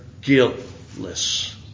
guiltless